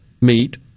meet